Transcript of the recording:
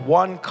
one